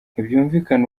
ntibyumvikana